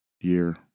year